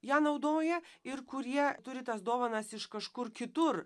ją naudoja ir kurie turi tas dovanas iš kažkur kitur